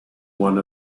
one